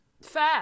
Fair